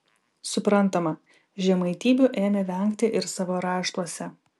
suprantama žemaitybių ėmė vengti ir savo raštuose